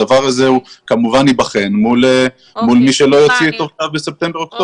הדבר הזה כמובן ייבחן מול מי שלא יוציא את עובדיו בספטמבר-אוקטובר.